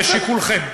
לשיקולכם.